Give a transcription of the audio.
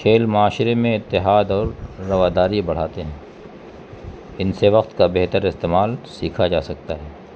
کھیل معاشرے میں اتحاد اور رواداری بڑھاتے ہیں ان سے وقت کا بہتر استعمال سیکھا جا سکتا ہے